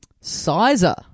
Sizer